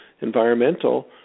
environmental